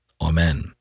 Amen